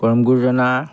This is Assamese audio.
পৰম গুৰুজনা